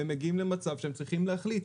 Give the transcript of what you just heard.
הם מגיעים למצב שהם צריכים להחליט.